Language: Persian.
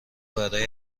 برای